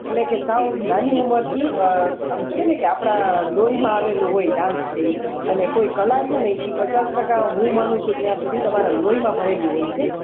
એટલે કે સાવ નાની ઉમરથી આમ કે ને કે આપણા લોહીમાં આવેલું હોય ડાંસ છે એ અને કોઈ કલા છેને એ પચાસ ટકા હું માનું છું ત્યાં સુધી તમારા લોહીમાં ભળેલી હોય છે